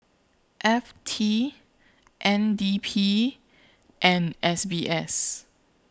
F T N D P and S B S